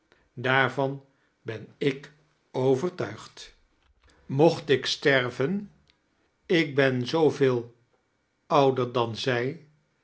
daarvan ben ik ovartuigd mocht ik sterven ik ben zooveel ouder dan zij